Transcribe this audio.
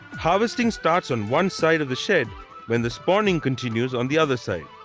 harvesting starts on one side of the she when the spawning continuous on the other side.